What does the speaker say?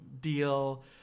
deal